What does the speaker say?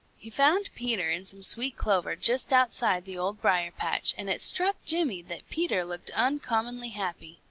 he found peter in some sweet clover just outside the old briar-patch, and it struck jimmy that peter looked uncommonly happy.